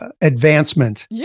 Advancement